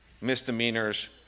misdemeanors